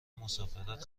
مسافرت